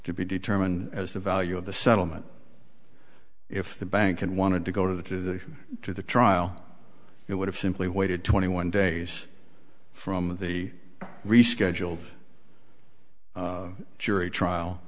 to be determined as the value of the settlement if the bank and wanted to go to the to the to the trial it would have simply waited twenty one days from of the rescheduled jury trial